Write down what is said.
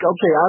Okay